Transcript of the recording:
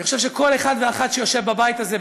אני חושב שכל אחד ואחת שיושבים בבית הזה,